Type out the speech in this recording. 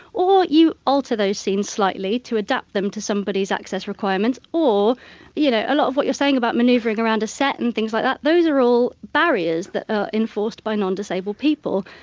or you alter those scenes slightly to adapt them to somebody's access requirements. or you know a lot of what you're saying about manoeuvring around a set and things like that, those are all barriers that are enforced by non-disabled people.